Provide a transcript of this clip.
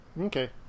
Okay